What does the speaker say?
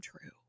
true